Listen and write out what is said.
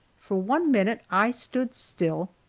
for one minute i stood still,